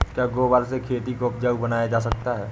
क्या गोबर से खेती को उपजाउ बनाया जा सकता है?